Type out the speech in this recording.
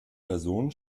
personen